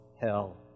hell